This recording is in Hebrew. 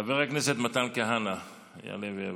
חבר הכנסת מתן כהנא יעלה ויבוא.